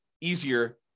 easier